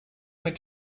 went